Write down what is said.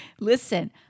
listen